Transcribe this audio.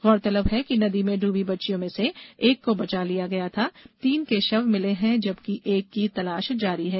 गौरतलब है कि नदी में डूबी बच्चियों में से एक को बचा लिया गया था तीन के शव मिले हैं जबकि एक की तलाश जारी है